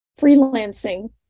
freelancing